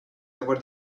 about